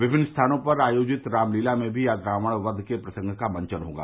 विभिन्न स्थानों पर आयोजित रामलीला में भी आज रावण का के प्रसंग का मंचन होगा